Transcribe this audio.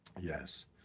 Yes